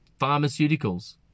pharmaceuticals